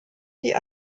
die